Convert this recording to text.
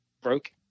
broke